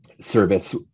service